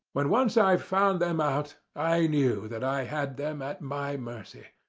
when once i found them out i knew that i had them at my mercy.